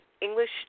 English